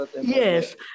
Yes